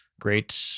great